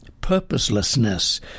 purposelessness